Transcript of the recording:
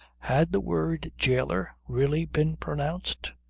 had the word jailer really been pronounced?